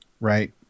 right